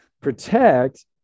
protect